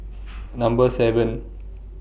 Number seven